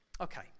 Okay